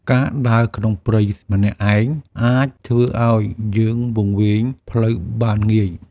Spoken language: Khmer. ការដើរក្នុងព្រៃម្នាក់ឯងអាចធ្វើឱ្យយើងវង្វេងផ្លូវបានងាយ។